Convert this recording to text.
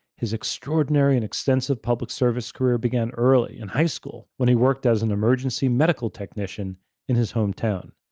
his extraordinary and extensive public service career began early, in high school, when he worked as an emergency medical technician in his hometown.